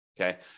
okay